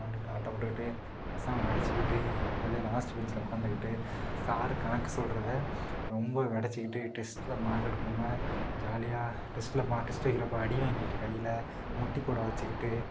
விளாண்டுட்டு ஆட்டம் போட்டுட்டு பசங்களை அடிச்சுக்கிட்டு ஜாலியாக லாஸ்ட் பெஞ்ச்சில் உட்காந்துக்கிட்டு சாரு கணக்கு சொல்றதை ரொம்ப வெடச்சுக்கிட்டு டெஸ்ட்டில் மார்க் எடுக்காமல் ஜாலியா டெஸ்ட்டில் மா டெஸ்ட் வைக்கிறப்ப அடி வாங்கிட்டு கையில் முட்டி போட வச்சுக்கிட்டு